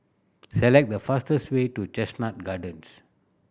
select the fastest way to Chestnut Gardens